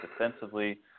defensively